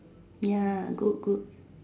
ya good good